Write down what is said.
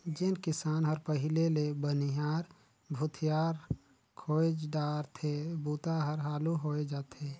जेन किसान हर पहिले ले बनिहार भूथियार खोएज डारथे बूता हर हालू होवय जाथे